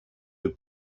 will